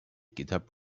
github